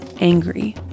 angry